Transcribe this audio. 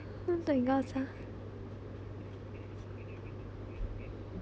what do you got ah